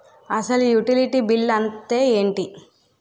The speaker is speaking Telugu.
అసలు యుటిలిటీ బిల్లు అంతే ఎంటి?